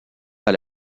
dans